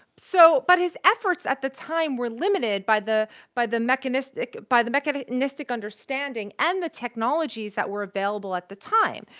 so but his efforts at the time were limited by the by the mechanistic by the mechanistic understanding and the technologies that were available at the time.